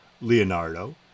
Leonardo